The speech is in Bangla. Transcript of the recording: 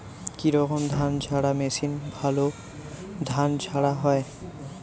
কি রকম ধানঝাড়া মেশিনে ভালো ধান ঝাড়া হয়?